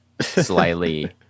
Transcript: slightly